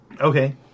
Okay